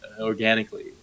organically